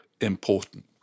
important